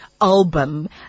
album